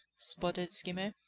sputtered skimmer.